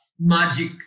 magic